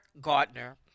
Gardner